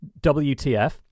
WTF